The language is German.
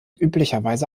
üblicherweise